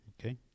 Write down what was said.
okay